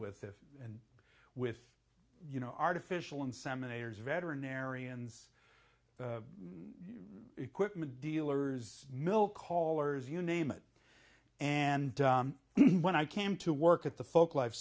with with you know artificial insemination veterinarians equipment dealers mill callers you name it and even when i came to work at the folklife